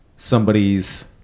somebody's